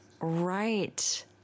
right